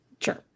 Sure